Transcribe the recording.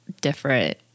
different